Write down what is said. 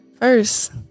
First